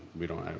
we don't